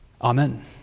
Amen